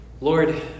Lord